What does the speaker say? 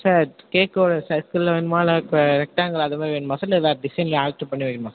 sir கேக்கோட சர்கிளில் வேணுமா இல்லை க ரெக்டாங்கிள் அதுமாதிரி வேணுமா சார் இல்லைனா வேறு ஏதாவது டிசைன்லாம் ஆல்டர் பண்ணி வேணுமா சார்